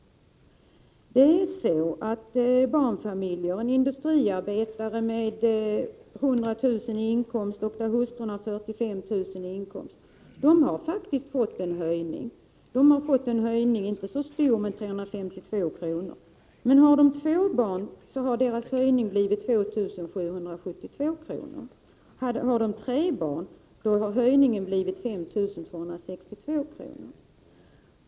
En barnfamilj där mannen är industriarbetare med 100 000 kr. i inkomst medan hustrun har 45 000 kr. i inkomst har faktiskt fått en höjning. Den är inte så stor — 352 kr. Men om makarna har två barn så har deras höjning blivit 2 772 kr. Har de tre barn, har höjningen blivit 5 262 kr.